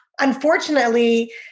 unfortunately